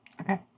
Okay